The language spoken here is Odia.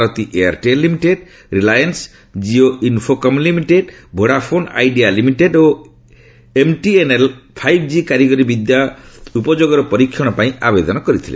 Bharati Airtel limited Reliance Jio Infocomm limited Vodafone Idea limited ଓ ଏମ୍ଟିଏନ୍ଏଲ୍ ଫାଇଭ୍ ଜି କାରିଗରି ବିଦ୍ୟା ଉପଯୋଗର ପରୀକ୍ଷଣ ପାଇଁ ଆବେଦନ କରିଥିଲେ